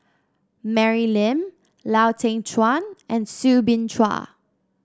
Mary Lim Lau Teng Chuan and Soo Bin Chua